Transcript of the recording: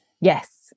yes